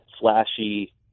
flashy